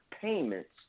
payments